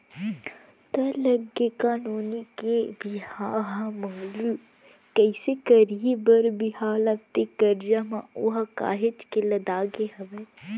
त लग गे का नोनी के बिहाव ह मगलू कइसे करही बर बिहाव ला ते करजा म ओहा काहेच के लदागे हवय